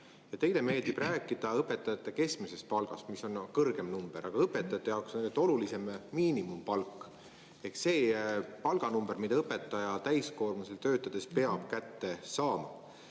Teile meeldib rääkida õpetajate keskmisest palgast, mis on kõrgem, aga õpetajate jaoks on tegelikult olulisem miinimumpalk ehk see palganumber, kui palju õpetaja täiskoormusel töötades peab kätte saama.